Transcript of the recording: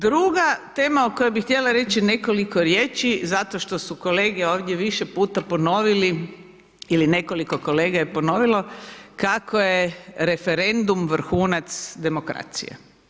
Druga tema o kojoj bih htjela reći nekoliko riječi, zato što su kolege ovdje više puta ponovili ili nekoliko kolega je ponovilo kako je referendum vrhunac demokracije.